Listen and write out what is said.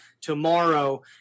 tomorrow